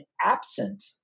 absent